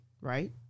right